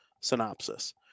synopsis